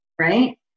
right